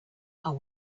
are